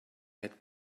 had